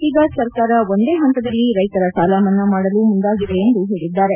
ಈಗ ಸರ್ಕಾರ ಒಂದೇ ಹಂತದಲ್ಲಿ ರೈತರ ಸಾಲಮನ್ನಾ ಮಾಡಲು ಮುಂದಾಗಿದೆ ಎಂದು ಹೇಳದ್ದಾರೆ